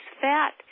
fat